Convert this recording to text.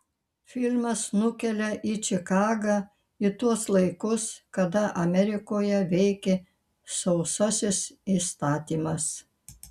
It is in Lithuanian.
filmas nukelia į čikagą į tuos laikus kada amerikoje veikė sausasis įstatymas